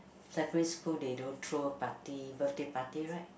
secondary school they don't throw party birthday party right